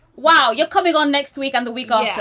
wow. you're coming on next week on the week off.